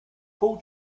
pół